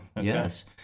Yes